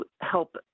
help